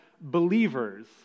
believers